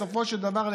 בסופו של דבר,